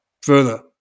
further